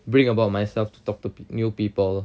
bring about myself to talk to new people